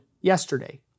yesterday